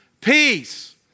peace